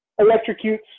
electrocutes